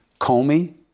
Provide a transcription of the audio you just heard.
Comey